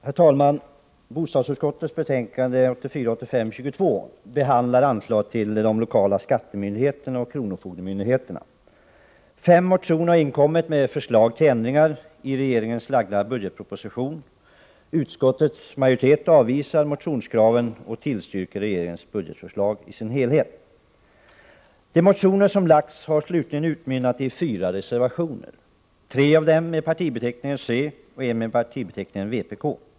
Herr talman! Bostadsutskottets betänkande 1984/85:22 behandlar anslag till de lokala skattemyndigheterna och kronofogdemyndigheterna. Fem motioner har inkommit med förslag till ändringar i regeringens budgetproposition. Utskottets majoritet avvisar motionskraven och tillstyrker regeringens budgetförslag i dess helhet. De motioner som lagts fram har slutligen utmynnat i fyra reservationer. Tre av dem har partibeteckningen c och en partibeteckningen vpk.